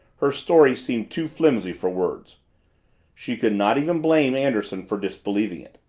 her story seemed too flimsy for words she could not even blame anderson for disbelieving it.